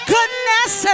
Goodness